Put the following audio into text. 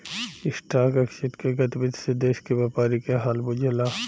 stock exchange के गतिविधि से देश के व्यापारी के हाल बुझला